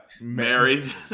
Married